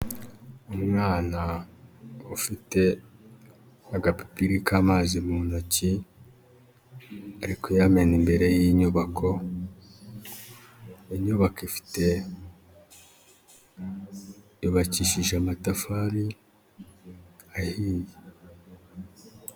Umwana ufite agapipiri k'amazi mu ntoki, ari kuyamena imbere y'inyubako, inyubako ifite y'ubakishije amatafari ahiye.